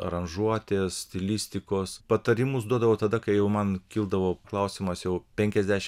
aranžuotės stilistikos patarimus duodavo tada kai jau man kildavo klausimas jau penkiasdešim